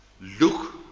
look